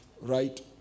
Right